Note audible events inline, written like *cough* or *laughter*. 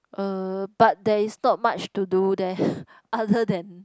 err but there is not much to do there *breath* other than